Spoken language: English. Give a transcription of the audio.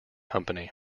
company